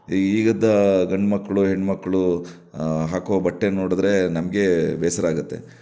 ಈಗಿದ್ದ ಗಂಡುಮಕ್ಕಳು ಹೆಣ್ಣುಮಕ್ಕಳು ಹಾಕುವ ಬಟ್ಟೆ ನೋಡಿದರೆ ನಮಗೇ ಬೇಸರ ಆಗತ್ತೆ